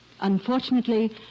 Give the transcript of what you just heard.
Unfortunately